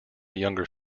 younger